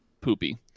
poopy